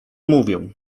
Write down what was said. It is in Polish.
mówię